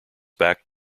back